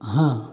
हाँ